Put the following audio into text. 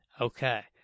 Okay